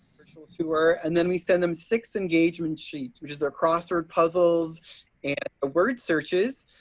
virtual tour, and then we send them six engagement sheets, which is our crossword puzzles and word searches.